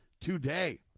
today